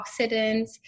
antioxidants